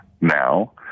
now